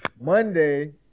Monday